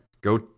go